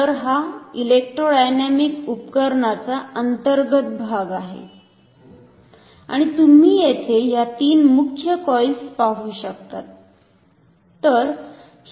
तर हा इलेक्ट्रोडायनॅमिक उपकरणाचा अंतर्गत भाग आहे आणि तुम्ही येथे ह्या तीन मुख्य कॉइल्स पाहू शकतात